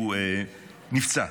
ונפצע.